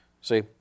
See